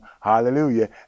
Hallelujah